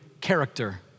character